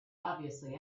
obviously